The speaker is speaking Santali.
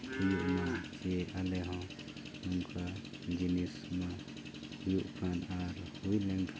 ᱦᱩᱭᱩᱜᱼᱢᱟ ᱡᱮ ᱟᱞᱮ ᱦᱚᱸ ᱱᱚᱝᱠᱟ ᱡᱤᱱᱤᱥᱢᱟ ᱦᱩᱭᱩᱜ ᱠᱟᱱ ᱟᱨ ᱦᱩᱭ ᱞᱮᱱᱠᱷᱟᱱ